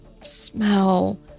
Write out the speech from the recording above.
smell